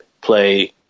play